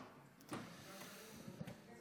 כן, הוא מבית השמש.